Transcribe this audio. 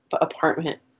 apartment